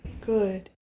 Good